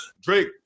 Drake